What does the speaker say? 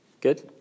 Good